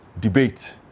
debate